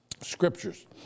scriptures